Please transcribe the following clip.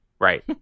Right